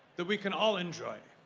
that we can all enjoy.